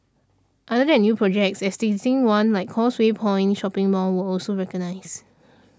other than new projects existing ones like Causeway Point shopping mall were also recognised